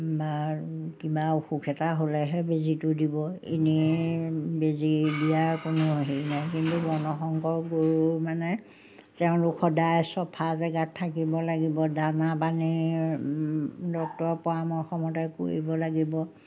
বা কিবা অসুখ এটা হ'লেহে বেজীটো দিব এনেই বেজী দিয়াৰ কোনো হেৰি নাই কিন্তু বৰ্ণসংকৰ গৰুৰ মানে তেওঁলোক সদায় চফা জেগাত থাকিব লাগিব দানা পানী ডক্টৰৰ পৰামৰ্শমতে কৰিব লাগিব